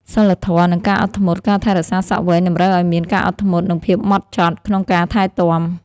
សីលធម៌ និងការអត់ធ្មត់ ការថែរក្សាសក់វែងតម្រូវឱ្យមាន ការអត់ធ្មត់ និងភាពម៉ត់ចត់ ក្នុងការថែទាំ។